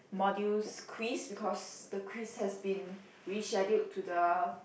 modules quiz because the quiz has been rescheduled to the